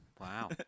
Wow